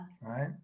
Right